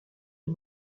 aux